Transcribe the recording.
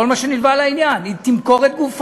עם כל מה שנלווה לעניין, היא תמכור את גופה.